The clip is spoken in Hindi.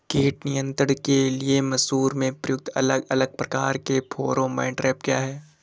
कीट नियंत्रण के लिए मसूर में प्रयुक्त अलग अलग प्रकार के फेरोमोन ट्रैप क्या है?